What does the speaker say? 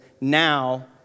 now